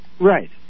right